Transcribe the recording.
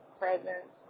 presence